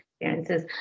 experiences